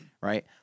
Right